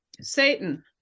Satan